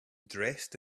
dressed